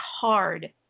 hard